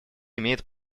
имеет